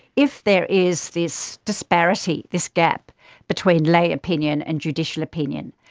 if there is this disparity, this gap between lay opinion and judicial opinion,